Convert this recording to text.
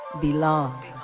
belong